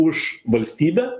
už valstybę